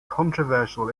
controversial